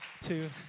two